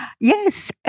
Yes